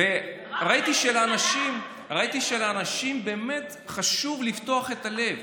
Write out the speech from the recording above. ראיתי שלאנשים באמת חשוב לפתוח את הלב.